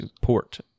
port